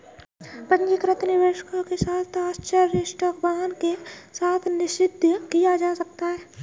पंजीकृत शेयर निवेशकों के साथ आश्चर्य स्टॉक वाहन के साथ निषिद्ध किया जा सकता है